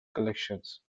collections